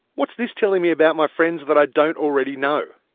what is this telling me about my friends that i don't already know?